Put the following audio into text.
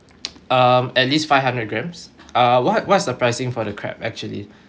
um at least five hundred grams uh what what's the pricing for the crab actually